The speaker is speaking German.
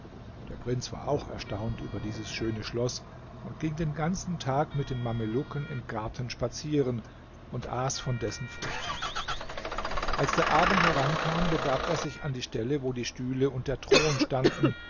der prinz war auch erstaunt über dieses schöne schloß und ging den ganzen tag mit den mamelucken im garten spazieren und aß von dessen früchten als der abend herankam begab er sich an die stelle wo die stühle und der thron standen